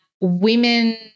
women